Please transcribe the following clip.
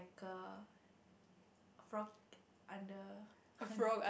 like a frog under